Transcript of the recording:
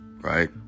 right